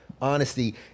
honesty